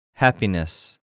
Happiness